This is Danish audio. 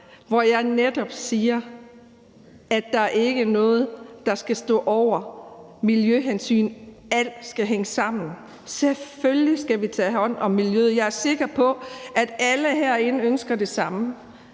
hvor jeg netop siger, at der ikke er noget, der skal stå over miljøhensyn, og at alt skal hænge sammen. Selvfølgelig skal vi tage hånd om miljøet. Jeg er sikker på, at alle herinde ønsker det samme.